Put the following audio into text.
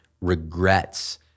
regrets